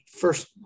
First